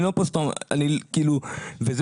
זה